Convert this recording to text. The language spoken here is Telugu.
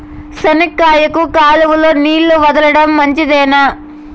చెనక్కాయకు కాలువలో నీళ్లు వదలడం మంచిదేనా?